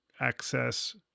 access